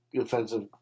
offensive